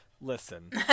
Listen